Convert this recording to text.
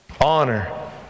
honor